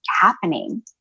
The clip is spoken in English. happening